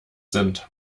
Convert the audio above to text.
sind